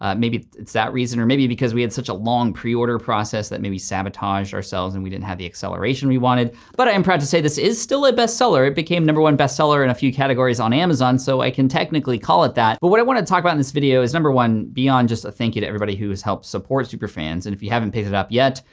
maybe it's that reason, or maybe because we had such a long pre-order process that maybe we sabotaged ourselves and we didn't have the acceleration we wanted but i am proud to say this is still a best seller. it became number one best seller in a few categories on amazon so i can technically call it that but what i wanted to talk about in this video is number one, beyond just a thank you to everybody who has helped support superfans, and if you haven't picked it up yet,